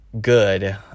good